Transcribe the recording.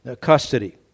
custody